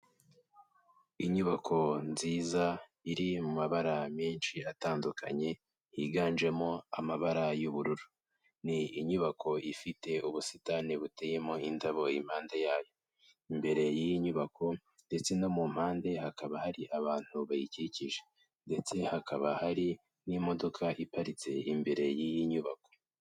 Inyubako nziza, iri mu mabara menshi atandukanye, higanjemo amabara y'ubururu. Ni inyubako ifite ubusitani buteyemo indabo impande yayo. Imbere y'iyi nyubako ndetse no mu mpande, hakaba hari abantu bayikikije ndetse hakaba hari n'imodoka iparitse imbere y'iyi nyubako.